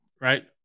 right